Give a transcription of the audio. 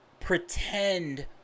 pretend